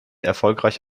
erfolgreich